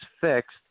fixed